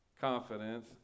confidence